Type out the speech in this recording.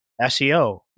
SEO